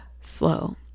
slow